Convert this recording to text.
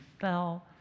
fell